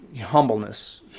humbleness